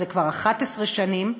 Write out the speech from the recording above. זה כבר 11 שנים,